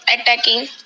attacking